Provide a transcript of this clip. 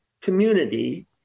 community